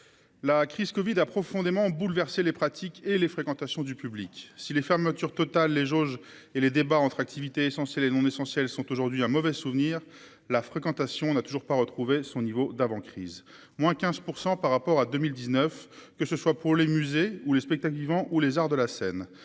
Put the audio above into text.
la crise Covid a profondément bouleversé les pratiques et les fréquentations du public si les fermetures totales les jauges et les débats entre activités essentiels et non essentiels sont aujourd'hui un mauvais souvenir, la fréquentation n'a toujours pas retrouvé son niveau d'avant-crise, moins 15 % par rapport à 2019, que ce soit pour les musées ou les spectacles vivants ou les arts de la scène